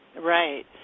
right